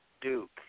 Duke